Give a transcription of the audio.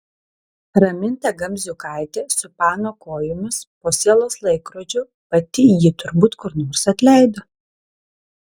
raminta gamziukaitė su pano kojomis po sielos laikrodžiu pati jį turbūt kur nors atleido